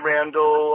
Randall